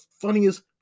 funniest